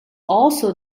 also